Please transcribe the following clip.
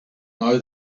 know